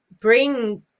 bring